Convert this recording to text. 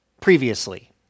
previously